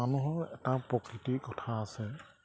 মানুহৰ এটা প্ৰকৃতিৰ কথা আছে